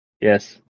Yes